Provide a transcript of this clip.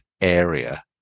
area